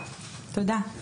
תודה.